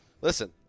Listen